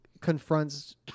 confronts